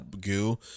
goo